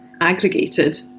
aggregated